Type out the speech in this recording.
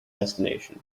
destination